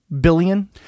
billion